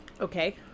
Okay